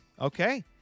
Okay